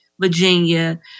Virginia